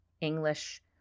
English